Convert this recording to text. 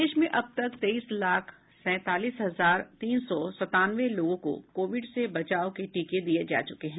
प्रदेश में अब तक तेईस लाख सैंतालीस हजार तीन सौ संतानवे लोगों को कोविड से बचाव के टीके दिये जा चुके हैं